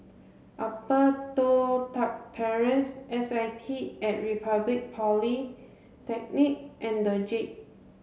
Upper Toh Tuck Terrace S I T at Republic Polytechnic and the Jade